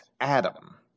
Adam